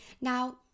Now